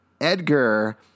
Edgar